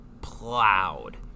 plowed